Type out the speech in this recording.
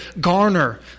garner